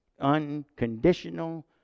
Unconditional